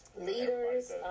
Leaders